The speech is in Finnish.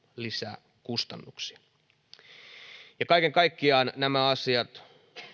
lisää kustannuksia kaiken kaikkiaan nämä asiat